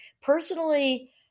personally